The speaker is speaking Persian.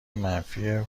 منفی